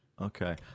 Okay